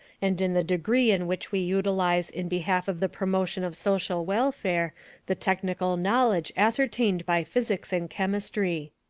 and in the degree in which we utilize in behalf of the promotion of social welfare the technical knowledge ascertained by physics and chemistry.